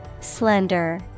Slender